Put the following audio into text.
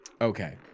Okay